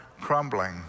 crumbling